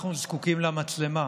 אנחנו זקוקים למצלמה.